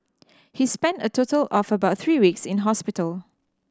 he spent a total of about three weeks in hospital